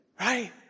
Right